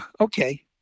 Okay